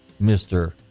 Mr